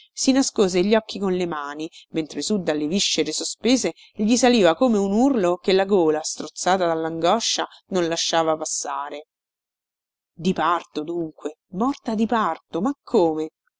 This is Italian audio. si nascose gli occhi con le mani mentre su dalle viscere sospese gli saliva come un urlo che la gola strozzata dallangoscia non lasciava passare di parto dunque morta di parto ma come